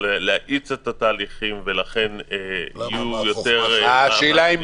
להאיץ את התהליכים ולכן יהיו יותר --- השאלה האם